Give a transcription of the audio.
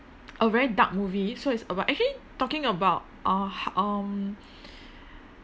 a very dark movie so it's about actually talking about uh h~ um